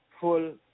full